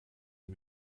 sie